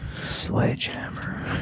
Sledgehammer